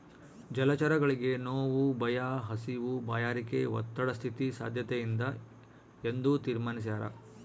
ಜಲಚರಗಳಿಗೆ ನೋವು ಭಯ ಹಸಿವು ಬಾಯಾರಿಕೆ ಒತ್ತಡ ಸ್ಥಿತಿ ಸಾದ್ಯತೆಯಿಂದ ಎಂದು ತೀರ್ಮಾನಿಸ್ಯಾರ